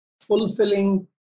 fulfilling